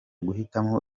guhitamo